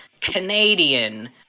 Canadian